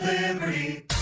Liberty